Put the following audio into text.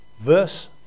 verse